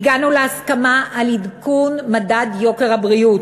הגענו להסכמה על עדכון מדד יוקר הבריאות.